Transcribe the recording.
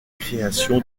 création